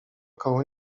koło